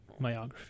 myography